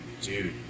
Dude